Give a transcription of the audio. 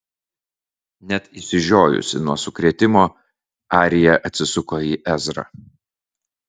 net išsižiojusi nuo sukrėtimo arija atsisuko į ezrą